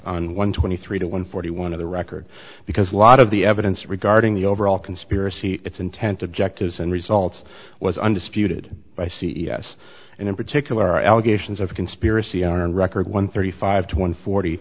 on one twenty three to one forty one of the record because a lot of the evidence regarding the overall conspiracy its intent objectives and results was undisputed by c e o s and in particular allegations of conspiracy and record one thirty five to one forty